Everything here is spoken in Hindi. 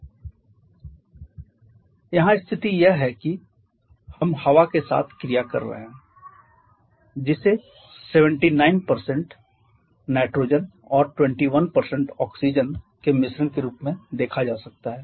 स्लाइड समय देखें 3413 यहाँ स्थिति यह है की हम हवा के साथ क्रिया कर रहे हैं जिसे 79 नाइट्रोजन और 21 ऑक्सीजन के मिश्रण के रूप में देखा जा सकता है